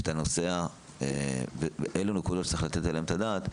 יש את כל הדברים שאתה צריך לתת עליהם את הדעת.